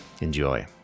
enjoy